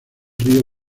río